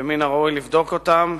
שמן הראוי לבדוק אותן.